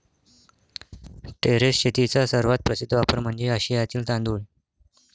terrace शेतीचा सर्वात प्रसिद्ध वापर म्हणजे आशियातील तांदूळ